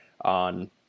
on